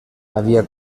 havia